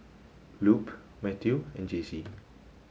Lupe Mathew and Jaycie